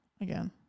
again